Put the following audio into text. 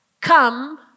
Come